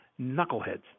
knuckleheads